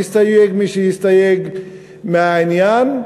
ויסתייג מי שיסתייג מהעניין,